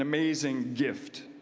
amazing gift.